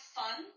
fun